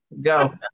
Go